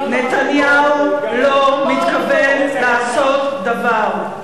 נתניהו לא מתכוון לעשות דבר.